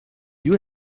you